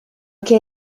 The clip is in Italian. che